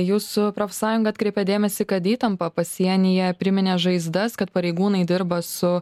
jūsų profsąjunga atkreipė dėmesį kad įtampa pasienyje priminė žaizdas kad pareigūnai dirba su